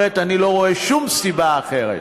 אני לא רואה שום סיבה אחרת.